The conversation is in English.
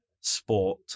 sport